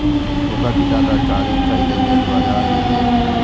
ओकर पिता तरकारी खरीदै लेल बाजार गेलैए